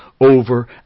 over